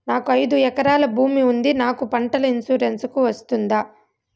నాకు ఐదు ఎకరాల భూమి ఉంది నాకు పంటల ఇన్సూరెన్సుకు వస్తుందా?